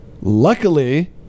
luckily